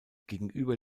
gegenüber